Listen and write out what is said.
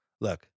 Look